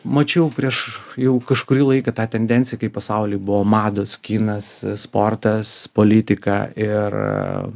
mačiau prieš jau kažkurį laiką tą tendenciją kai pasauly buvo mados kinas sportas politika ir